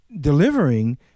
delivering